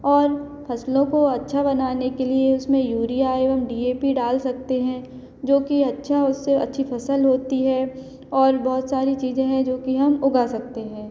और फसलों को अच्छा बनाने के लिए उसमें यूरिया एवं डी ए पी डाल सकते हैं जो कि अच्छा उससे अच्छी फसल होती है और बहुत सारी चीज़े हैं जो कि हम उगा सकते हैं